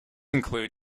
include